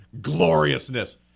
Gloriousness